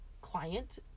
client